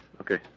Okay